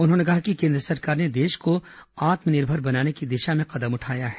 उन्होंने कहा कि केन्द्र सरकार ने देश को आत्मनिर्भर बनाने की दिशा में कदम उठाया है